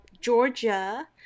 Georgia